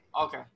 Okay